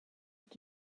have